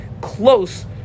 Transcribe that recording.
close